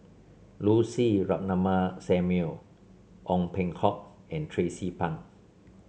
Lucy Ratnammah Samuel Ong Peng Hock and Tracie Pang